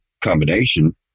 combination